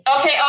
Okay